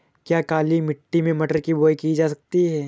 क्या काली मिट्टी में मटर की बुआई की जा सकती है?